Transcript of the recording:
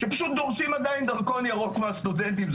שפשוט דורשים עדיין דרכון ירוק מהסטודנטים,